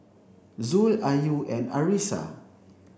Zul Ayu and Arissa